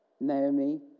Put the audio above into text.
Naomi